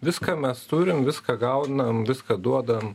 viską mes turim viską gaunam viską duodam